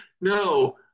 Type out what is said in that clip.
No